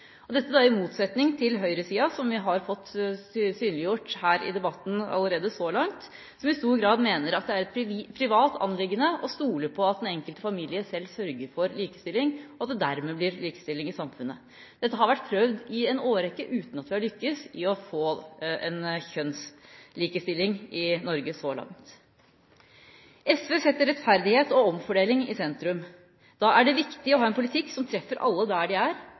samfunnsarenaer. Dette står i motsetning til høyresida, som vi allerede i debatten har fått synliggjort at mener at dette i stor grad er et privat anliggende og som stoler på at den enkelte familie selv sørger for likestilling, og at det dermed blir likestilling i samfunnet. Dette har vært prøvd i en årrekke, uten at vi har lyktes i å få en kjønnslikestilling i Norge så langt. SV setter rettferdighet og omfordeling i sentrum. Da er det viktig å ha en politikk som treffer alle der de er,